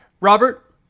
Robert